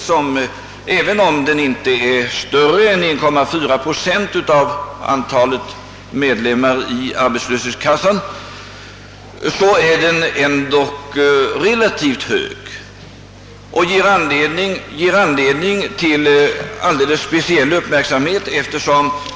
Arbetslöshetssiffran är visserligen inte högre än 1,4 procent av antalet medlemmar i arbetslöshetskassan, men eftersom denna siffra ligger ganska konstant sedan några månader tillbaka, ger den anledning till alldeles speciell uppmärksamhet.